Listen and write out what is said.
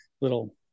little